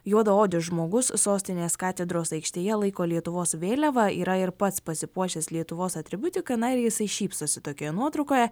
juodaodis žmogus sostinės katedros aikštėje laiko lietuvos vėliavą yra ir pats pasipuošęs lietuvos atributika na ir jisai šypsosi tokioje nuotraukoje